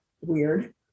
weird